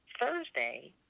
Thursday